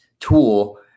tool